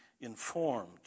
informed